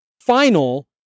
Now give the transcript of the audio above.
final